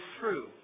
true